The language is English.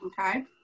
okay